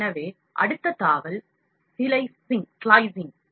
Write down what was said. எனவே அடுத்த தாவல் சிலைசிங்